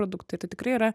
produktai tai tikrai yra